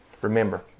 Remember